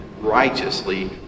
righteously